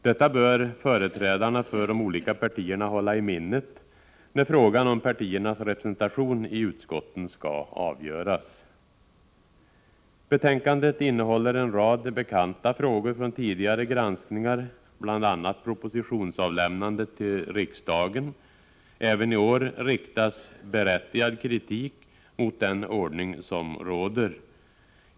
Detta bör företrädarna för de olika partierna hålla i minnet när frågan om partiernas representation i utskotten skall avgöras. Betänkandet innehåller en rad bekanta frågor från tidigare granskningar, bl.a. propositionsavlämnandet till riksdagen. Även i år riktas berättigad kritik mot den ordning som råder.